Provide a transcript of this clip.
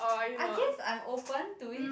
I guess I'm open to it